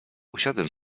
usiadłem